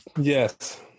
Yes